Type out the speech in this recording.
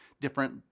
different